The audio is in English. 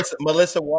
Melissa